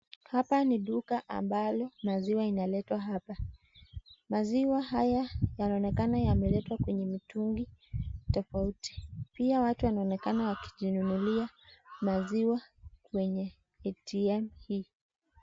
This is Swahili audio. Hapa ni duka ambalo maziwa yanaletwa hapa. Maziwa haya yanaonekana yameletwa kwa mitungi tofauti. Pia watu wanaoneka wakijinunulia maziwa kutoka kwenye ATM hii.